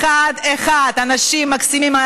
אחד-אחד אנשים מקסימים,